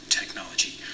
technology